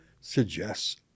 suggests